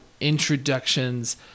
introductions